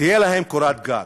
תהיה להם קורת גג.